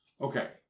Okay